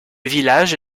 village